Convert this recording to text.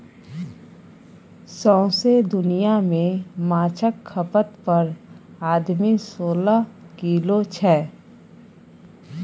सौंसे दुनियाँ मे माछक खपत पर आदमी सोलह किलो छै